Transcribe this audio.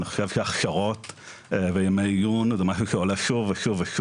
אני חושב שהכשרות וימי עיון זה משהו שעולה שוב ושוב.